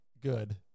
good